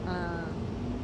ah